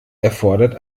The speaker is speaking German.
erfordert